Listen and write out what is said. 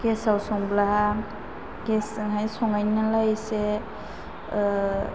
गेसाव संब्ला गेस जों हाय संनाय नालाय एसे